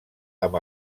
amb